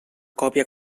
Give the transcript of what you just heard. còpia